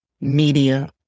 media